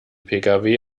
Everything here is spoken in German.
pkw